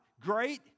Great